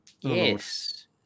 yes